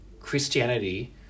Christianity